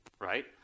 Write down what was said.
right